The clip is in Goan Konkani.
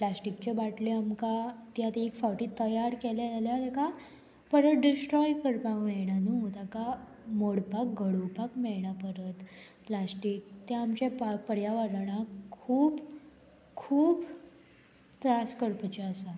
प्लास्टीकच्यो बाटल्यो आमकां ती आतां एक फावटी तयार केलें जाल्यार तेका परत डिस्ट्रॉय करपाक मेळना न्हू ताका मोडपाक घडोवपाक मेळना परत प्लास्टीक तें आमच्या पा पर्यावरणाक खूब खूब त्रास करपाचें आसा